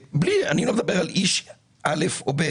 אני לא מדבר על איש א' או ב',